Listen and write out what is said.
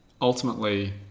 ultimately